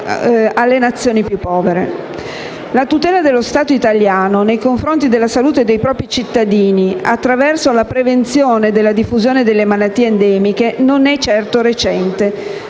alle Nazioni più povere. La tutela dello Stato italiano nei confronti della salute dei propri cittadini, attraverso la prevenzione della diffusione delle malattie endemiche, non è certo recente: